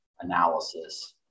analysis